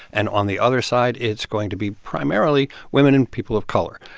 and on the other side, it's going to be primarily women and people of color.